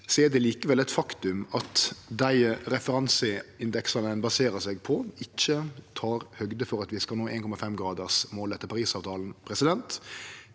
er det likevel eit faktum at dei referanseindeksane ein baserer seg på, ikkje tar høgd for at vi skal nå 1,5-gradersmålet til Parisavtalen. Det